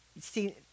See